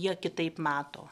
jie kitaip mato